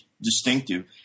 distinctive